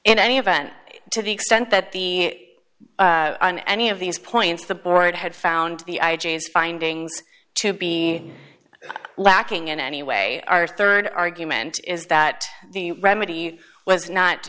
in any event to the extent that the on any of these points the board had found the i g f findings to be lacking in any way our rd argument is that the remedy was not